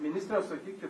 ministre sakykit